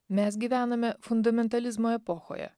mes gyvename fundamentalizmo epochoje